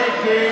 שקט,